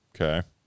Okay